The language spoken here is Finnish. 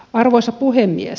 arvoisa puhemies